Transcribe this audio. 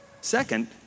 Second